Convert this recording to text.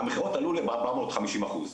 המכירות עלו ב-450 אחוז',